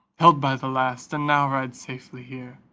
held by the last, and now rides safely here.